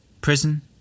Prison